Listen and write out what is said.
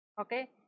Okay